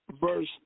Verse